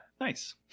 Nice